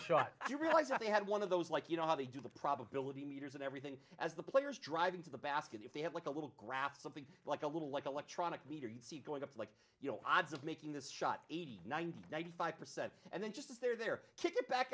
you realize that he had one of those like you know how they do the probability meters and everything as the players drive into the basket if they have like a little graph something like a little like electronic meter you see going up like your odds of making this shot eighty ninety ninety five percent and then just there kick it back